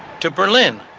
to berlin,